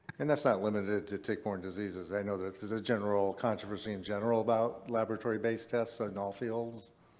and that's not limited to tick-borne diseases. i know that there's a general controversy in general about laboratory-based test in all fields,